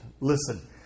Listen